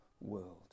world